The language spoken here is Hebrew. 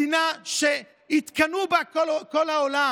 מדינה שהתקנאו בה כל העולם.